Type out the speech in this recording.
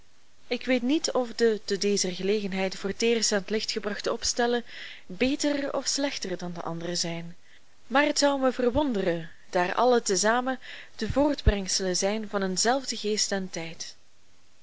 ik weet niet of de te dezer gelegenheid voor t eerst aan t licht gebrachte opstellen beter of slechter dan de andere zijn maar het zou mij verwonderen daar alle te zamen de voortbrengselen zijn van een zelfden geest en tijd